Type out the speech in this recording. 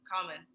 common